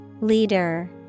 Leader